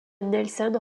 nelson